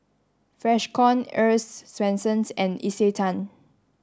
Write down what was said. Freshkon Earl's Swensens and Isetan